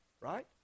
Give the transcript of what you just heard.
right